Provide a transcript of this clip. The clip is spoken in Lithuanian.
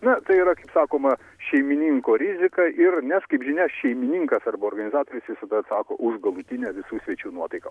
na tai yra kaip sakoma šeimininko rizika ir nes kaip žinia šeimininkas arba organizatorius visada atsako už galutinę visų svečių nuotaiką